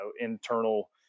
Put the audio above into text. internal